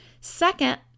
Second